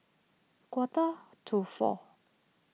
quarter to four